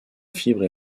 fibres